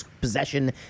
possession